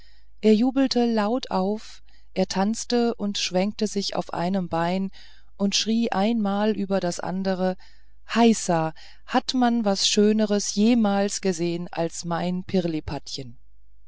er jubelte laut auf er tanzte und schwenkte sich auf einem beine und schrie ein mal über das andere heisa hat man was schöneres jemals gesehen als mein